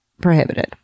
prohibited